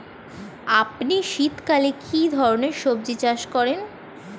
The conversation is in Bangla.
আপনি শীতকালে কী ধরনের সবজী চাষ করেন?